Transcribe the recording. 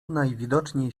najwidoczniej